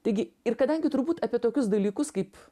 taigi ir kadangi turbūt apie tokius dalykus kaip